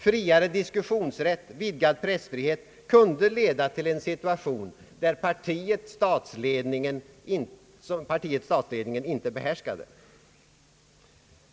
Friare diskussionsrätt, vidgad pressfrihet kunde leda till en situation som partiet—statsledningen inte behärskade.